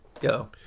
go